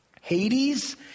Hades